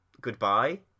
goodbye